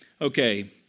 okay